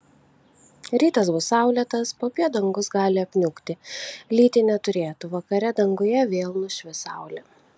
rytas bus saulėtas popiet dangus gali apniukti lyti neturėtų vakare danguje vėl nušvis saulė